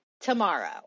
tomorrow